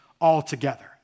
altogether